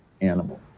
animal